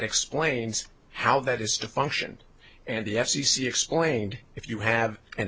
explains how that is to function and the f c c explained if you have an